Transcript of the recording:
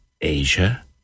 Asia